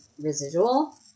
residual